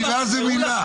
מילה זו מילה.